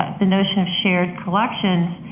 the notion of shared collections,